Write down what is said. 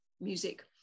music